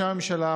בשם הממשלה,